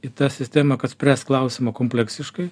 į tą sistemą kad spręst klausimą kompleksiškai